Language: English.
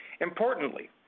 Importantly